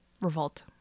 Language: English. revolt